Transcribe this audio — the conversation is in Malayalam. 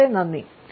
വളരെ നന്ദി